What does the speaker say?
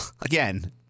again